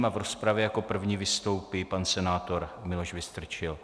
A v rozpravě jako první vystoupí pan senátor Miloš Vystrčil.